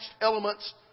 elements